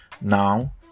Now